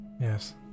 Yes